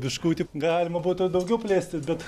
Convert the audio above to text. biškutį galima būtų daugiau plėstis bet